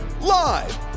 Live